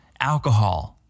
alcohol